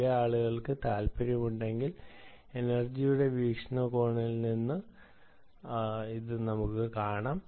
ചില ആളുകൾക്ക് താൽപ്പര്യമുണ്ടെങ്കിൽ എനെർജിയുടെ വീക്ഷണകോണിൽ നിന്ന് നമുക്ക് പറയാം